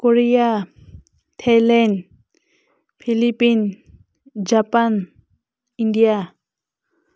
Korea Thailand Philippines Japan India